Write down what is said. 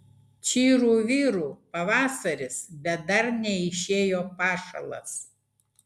čyru vyru pavasaris bet dar neišėjo pašalas